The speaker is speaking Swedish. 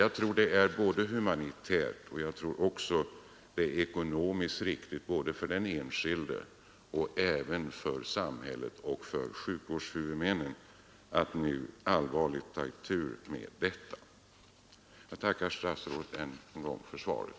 Jag tror att det är både humanitärt och ekonomiskt riktigt — såväl för den enskilde som för samhället och för sjukvårdshuvudmännen — att nu allvarligt ta itu med detta problem. Jag tackar ännu en gång statsrådet för svaret.